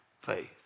faith